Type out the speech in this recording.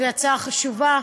זו הצעה חשובה,